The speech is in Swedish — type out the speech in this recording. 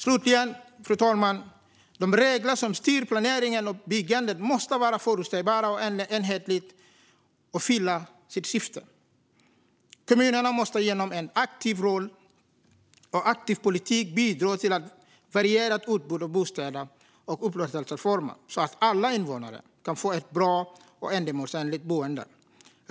Slutligen, fru talman: De regler som styr planering och byggande måste vara förutsägbara och enhetliga och fylla sitt syfte. Kommunerna måste genom en aktiv roll och aktiv politik bidra till ett varierat utbud av bostäder och upplåtelseformer så att alla invånare kan få ett bra och ändamålsenligt boende.